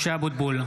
(קורא בשמות חברי הכנסת) משה אבוטבול,